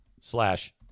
slash